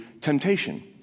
temptation